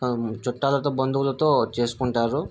చుట్టాలతో బంధువులతో చేసుకుంటారు